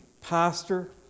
pastor